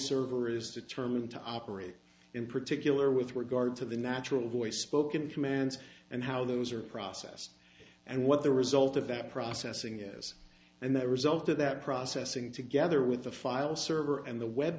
server is determined to operate in particular with regard to the natural voice spoken commands and how those are processed and what the result of that processing is and the result of that processing together with the file server and the web